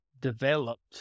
developed